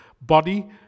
body